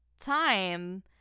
time